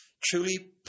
truly